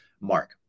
mark